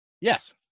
Yes